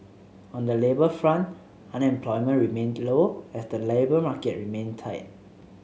on the labour front unemployment remained low as the labour market remained tight